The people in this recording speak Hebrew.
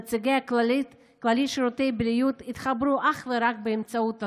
נציגי כללית שירותי בריאות התחברו אך ורק באמצעות הזום.